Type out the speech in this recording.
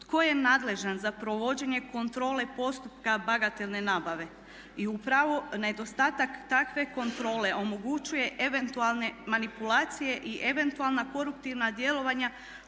tko je nadležan za provođenje kontrole postupka bagatelne nabave i u pravilu nedostatak takve kontrole omogućuje eventualne manipulacije i eventualna koruptivna djelovanja